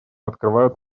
открывают